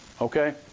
okay